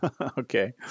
Okay